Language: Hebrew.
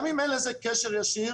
גם אם אין לזה קשר ישיר,